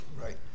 right